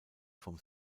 vom